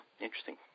interesting